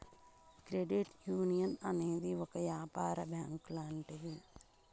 credit union అనేది ఒక యాపార బ్యాంక్ లాంటిది